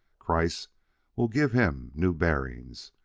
kreiss will give him new bearings.